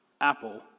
Apple